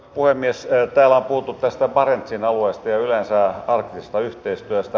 täällä on puhuttu tästä barentsin alueesta ja yleensä arktisesta yhteistyöstä